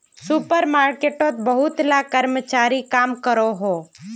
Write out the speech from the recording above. super मार्केटोत बहुत ला कर्मचारी काम करोहो